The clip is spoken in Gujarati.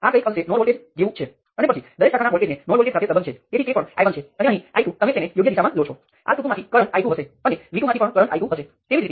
પરંતુ અલબત્ત તમારી પાસે આવો વિશિષ્ટ કિસ્સો નથી હવે અન્ય વિશિષ્ટ કિસ્સામાં તમારી પાસે આ બે નોડ વચ્ચે એક ઘટક છે અને બીજું ઘટક અને તેવી જ રીતે